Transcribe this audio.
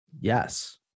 Yes